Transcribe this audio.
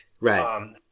Right